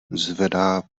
zvedá